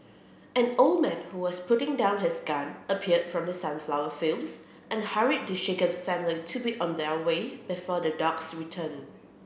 an old man who was putting down his gun appeared from the sunflower fields and hurried the shaken family to be on their way before the dogs return